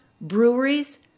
breweries